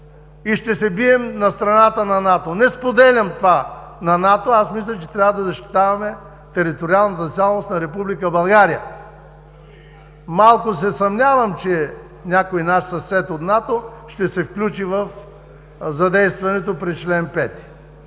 и ще се бием на страната на НАТО. Не споделям това – на НАТО. Мисля, че трябва да защитаваме териториалната цялост на Република България. Малко се съмнявам, че някой наш съсед от НАТО ще се включи при задействането на член 5,